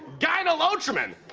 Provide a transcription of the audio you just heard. gyne-lotrimin.